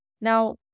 Now